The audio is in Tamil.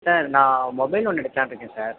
சார் நான் மொபைல் ஒன்று எடுக்கலாம்ன்னு இருக்கேன் சார்